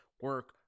Work